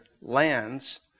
lands